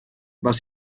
was